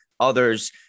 Others